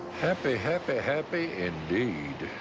happy, happy, happy, indeed.